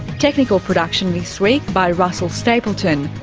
technical production this week by russell stapleton.